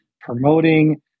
promoting